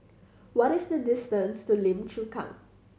what is the distance to Lim Chu Kang